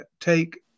take